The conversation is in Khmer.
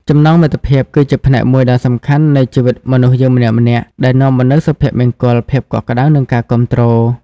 ចំណងមិត្តភាព គឺជាផ្នែកមួយដ៏សំខាន់នៃជីវិតមនុស្សយើងម្នាក់ៗ ដែលនាំមកនូវសុភមង្គល ភាពកក់ក្ដៅ និងការគាំទ្រ។